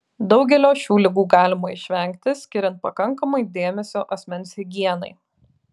daugelio šių ligų galima išvengti skiriant pakankamai dėmesio asmens higienai